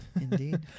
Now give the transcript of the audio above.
Indeed